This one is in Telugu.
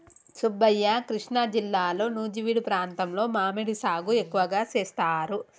సుబ్బయ్య కృష్ణా జిల్లాలో నుజివీడు ప్రాంతంలో మామిడి సాగు ఎక్కువగా సేస్తారు